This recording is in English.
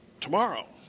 tomorrow